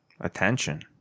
attention